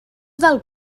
del